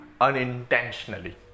Unintentionally